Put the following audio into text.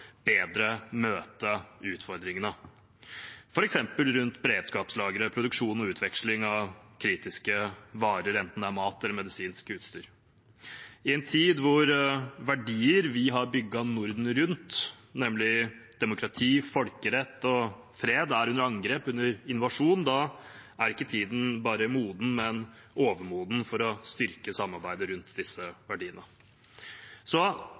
bedre å møte utfordringene, f.eks. rundt beredskapslager, produksjon og utveksling av kritiske varer, enten det er mat eller medisinsk utstyr. I en tid hvor verdier vi har bygd Norden rundt, nemlig demokrati, folkerett og fred, er under angrep, under invasjon, er tiden ikke bare moden, men overmoden for å styrke samarbeidet